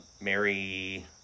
Mary